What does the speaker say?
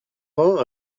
vingt